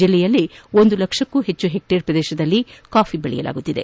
ಜಿಲ್ಲೆಯಲ್ಲಿ ಒಂದು ಲಕ್ಷಕ್ಕೂ ಹೆಚ್ಚು ಹೆಕ್ಟೇರ್ ಪ್ರದೇಶದಲ್ಲಿ ಕಾಫಿ ದೆಳೆಯಲಾಗುತ್ತಿದೆ